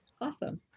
Awesome